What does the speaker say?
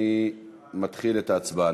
אני מתחיל את ההצבעה.